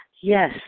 Yes